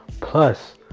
Plus